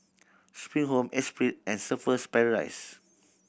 Spring Home Esprit and Surfer's Paradise